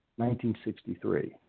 1963